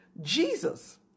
Jesus